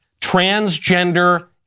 transgender